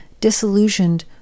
disillusioned